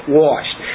washed